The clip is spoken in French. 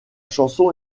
chanson